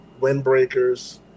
windbreakers